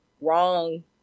wrong